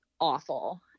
awful